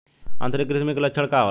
आंतरिक कृमि के लक्षण का होला?